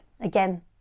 again